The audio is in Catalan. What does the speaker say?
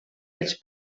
els